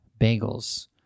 bagels